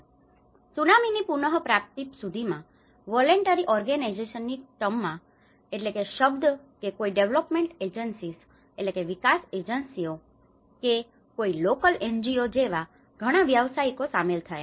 ત્સુનામીની પુનપ્રાપ્તિ સુધીમાં વૉલેન્ટરી ઓર્ગનાઇઝેશનની voluntary organizations સ્વૈચ્છિક સંસ્થાઓ ટર્મમાં term શબ્દ કે કોઈ ડેવલોપમેન્ટ એજન્સીસ development agencies વિકાસ એજન્સીઓ કે કોઈ લોકલ NGO જેવા ઘણા વ્યાવસાયિકો સામેલ થયા